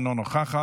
אינה נוכחת,